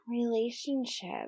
relationship